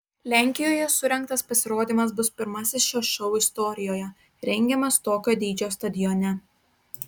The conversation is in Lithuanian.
lenkijoje surengtas pasirodymas bus pirmasis šio šou istorijoje rengiamas tokio dydžio stadione